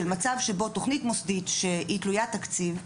מצב שבו תוכנית מוסדית שהיא תלויית תקציב,